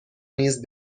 نیز